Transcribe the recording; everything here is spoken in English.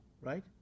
right